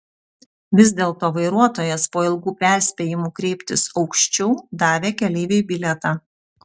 vis dėlto vairuotojas po ilgų perspėjimų kreiptis aukščiau davė keleiviui bilietą